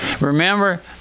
Remember